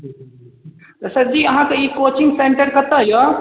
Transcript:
सरजी अहाँके ई coaching centre कत्तऽ यऽ